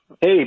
Hey